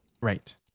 Right